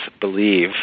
believe